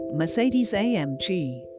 Mercedes-AMG